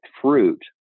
fruit